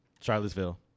Charlottesville